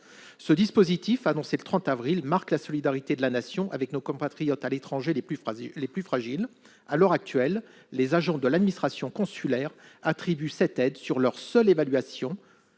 Ce dispositif annoncé le 30 avril marque la solidarité de la Nation avec nos compatriotes à l'étranger les plus fragiles. « À l'heure actuelle, les agents de l'administration consulaire attribuent cette aide sur leur seule évaluation.